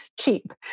cheap